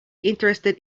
interested